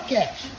Cash